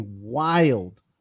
wild